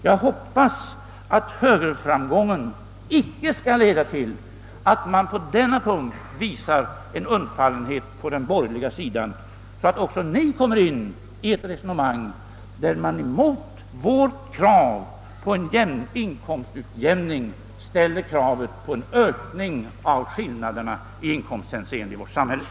Jag hoppas att högerframgången inte skall leda till att borgerligheten på denna punkt visar undfallenhet och ger sig in i ett resonemang där man emot vårt krav på inkomstutjämning ställer krav på ökning av skillnaderna i inkomsthänseende i samhället.